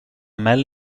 mel